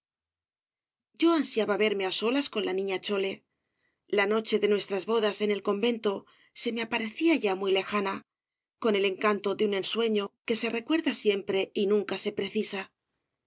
bradomin j o ansiaba verme á solas con la niña chole la noche de nuestras bodas en el convento se me aparecía ya muy lejana con el encanto de un sueño que se recuerda siempre y nunca se precisa